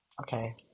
Okay